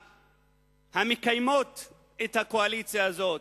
המקיימות את הקואליציה הזאת.